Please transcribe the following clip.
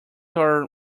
our